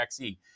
XE